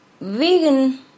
Vegan